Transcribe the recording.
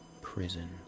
prison